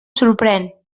sorprèn